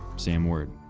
sam word.